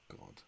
God